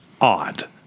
odd